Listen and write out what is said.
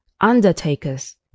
undertakers